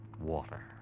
water